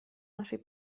naszej